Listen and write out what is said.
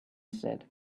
said